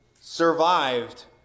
survived